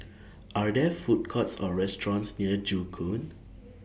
Are There Food Courts Or restaurants near Joo Koon